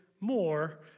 more